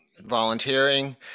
volunteering